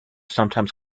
sometimes